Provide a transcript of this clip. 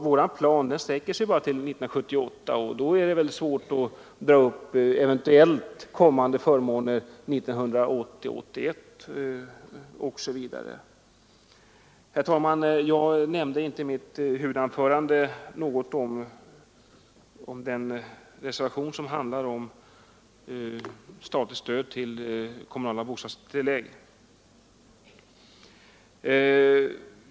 Vår plan sträcker sig bara till 1978, och då är det svårt att dra upp eventuellt kommande förmåner 1980, 1981 osv. Herr talman! Jag nämnde inte i mitt huvudanförande något om den reservation som handlar om statligt stöd till kommunala bostadstillägg.